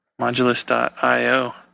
Modulus.io